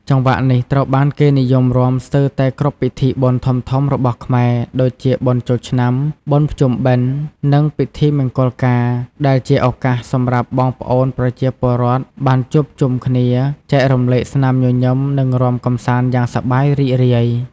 ចង្វាក់នេះត្រូវបានគេនិយមរាំស្ទើរតែគ្រប់ពិធីបុណ្យធំៗរបស់ខ្មែរ ដូចជាបុណ្យចូលឆ្នាំ បុណ្យភ្ជុំបិណ្ឌ និងពិធីមង្គលការ ដែលជាឱកាសសម្រាប់បងប្អូនប្រជាពលរដ្ឋបានជួបជុំគ្នា ចែករំលែកស្នាមញញឹម និងរាំកម្សាន្តយ៉ាងសប្បាយរីករាយ។